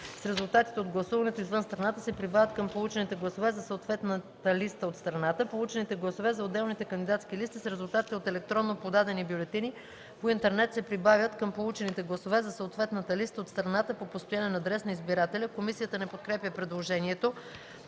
с резултатите от гласуването извън страната се прибавят към получените гласове за съответната листа от страната. Получените гласове за отделните кандидатски листи с резултатите от електронно подадени бюлетини по интернет се прибавят към получените гласове за съответната листа от страната по постоянен адрес на избирателя.” Комисията не подкрепя предложението.